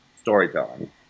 storytelling